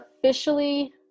officially –